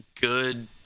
good